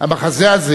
המחזה הזה